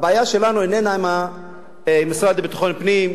הבעיה שלנו איננה עם המשרד לביטחון פנים.